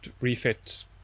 refit